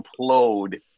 implode